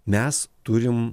mes turim